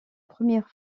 première